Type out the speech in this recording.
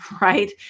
right